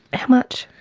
how much?